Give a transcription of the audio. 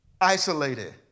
isolated